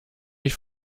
ich